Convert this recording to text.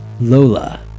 Lola